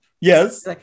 yes